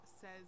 says